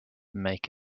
make